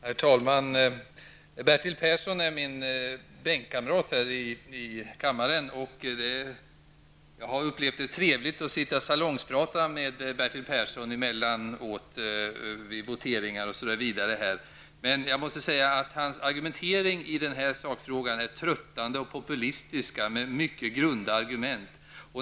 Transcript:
Herr talman! Bertil Persson är min bänkkamrat här i kammaren, och jag har upplevt det som trevligt att sitta och salongstala med honom emellanåt vid voteringar, osv. Men hans argumentering i denna sakfråga är tröttande och populistisk, och argumenten är mycket grunda.